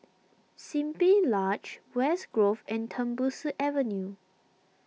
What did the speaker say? Simply Lodge West Grove and Tembusu Avenue